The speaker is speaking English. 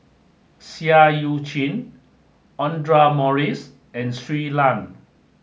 Seah Eu Chin Audra Morrice and Shui Lan